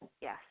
Yes